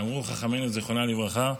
אמרו חכמינו זיכרונם לברכה,